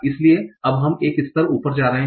इसलिए अब हम एक स्तर ऊपर जा रहे हैं